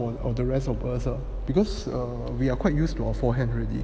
or like the rest of us lah because err we are quite used to our forehand already